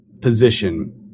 position